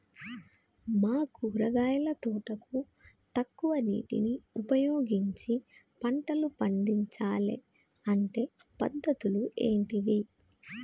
మా కూరగాయల తోటకు తక్కువ నీటిని ఉపయోగించి పంటలు పండించాలే అంటే పద్ధతులు ఏంటివి?